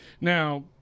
Now